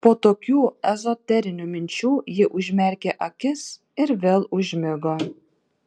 po tokių ezoterinių minčių ji užmerkė akis ir vėl užmigo